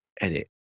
edit